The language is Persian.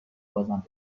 بازم